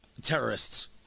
terrorists